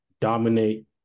dominate